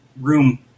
room